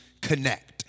connect